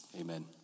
amen